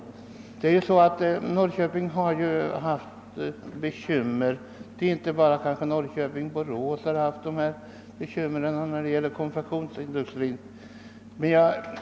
Norrköping och även Borås har haft bekymmer med sin konfektionsindustri.